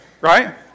Right